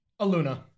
aluna